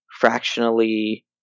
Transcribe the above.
fractionally